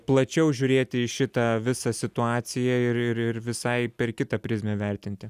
plačiau žiūrėti į šitą visą situaciją ir ir ir visai per kitą prizmę vertinti